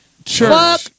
Fuck